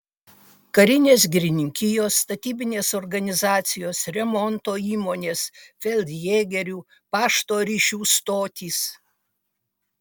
karinės girininkijos statybinės organizacijos remonto įmonės feldjėgerių pašto ryšių stotys